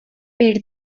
per